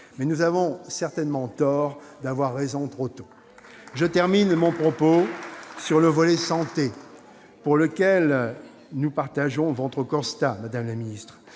Nous avons certainement tort d'avoir raison trop tôt ! Je termine mon propos sur le volet santé, pour lequel nous partageons votre constat, madame la ministre,